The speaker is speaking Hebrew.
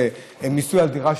וזה מיסוי דירה שלישית,